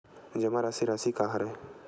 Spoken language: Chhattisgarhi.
जमा राशि राशि का हरय?